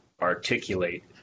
articulate